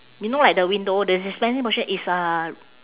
you know at the window the dispensing portion is uh